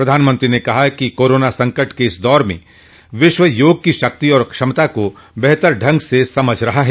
प्रधानमंत्री ने कहा कि कोरोना संकट के इस दौर में विश्व योग की शक्ति और क्षमता को बेहतर ढंग से समझ रहा है